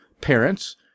parents